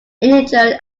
injured